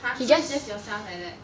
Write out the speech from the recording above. !huh! so it's just yourself like that